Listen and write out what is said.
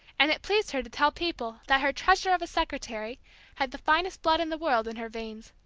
and it pleased her to tell people that her treasure of a secretary had the finest blood in the world in her veins.